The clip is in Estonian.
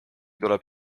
tuleb